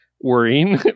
worrying